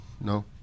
No